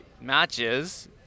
matches